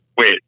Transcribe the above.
Wait